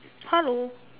hello